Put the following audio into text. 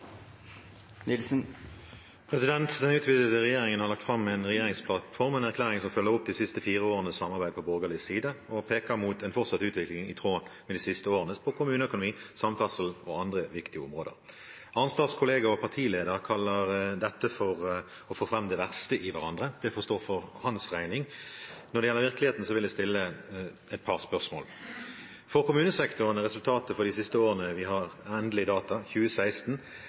replikkordskifte. Den utvidete regjeringen har lagt fram en regjeringsplattform, en erklæring som følger opp de siste fire årenes samarbeid på borgerlig side og peker mot en fortsatt utvikling i tråd med de siste årenes når det gjelder kommuneøkonomi, samferdsel og andre viktige områder. Arnstads kollega og partileder kaller dette å få fram det verste i hverandre. Det får stå for hans regning. Når det gjelder virkeligheten, vil jeg stille et par spørsmål: For kommunesektoren er resultatet for det siste året vi har endelig data fra, 2016,